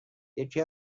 یکی